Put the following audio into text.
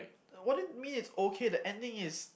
what do you mean it's okay the ending is